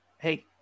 Hey